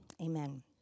Amen